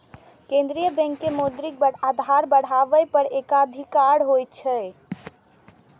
केंद्रीय बैंक के मौद्रिक आधार बढ़ाबै पर एकाधिकार होइ छै